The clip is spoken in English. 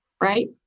right